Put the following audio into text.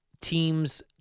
teams